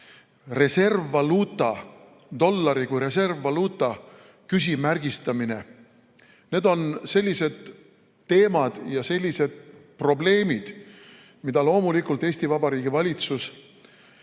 konkurents, dollari kui reservvaluuta küsimärgistamine. Need on sellised teemad ja sellised probleemid, mida loomulikult Eesti Vabariigi valitsus